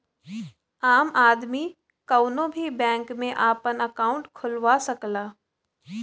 आम आदमी कउनो भी बैंक में आपन अंकाउट खुलवा सकला